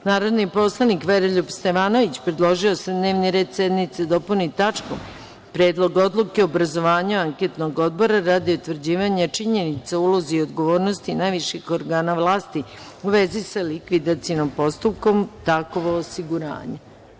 Narodni poslanik Veroljub Stevanović predložio je da se dnevni red sednice dopuni tačkom - Predlog odluke o obrazovanju anketnog odbora radi utvrđivanja činjenica o ulozi i odgovornosti najviših organa vlasti u vezi sa likvidacionim postupkom „Takovo osiguranje“